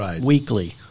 weekly